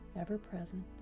ever-present